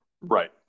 Right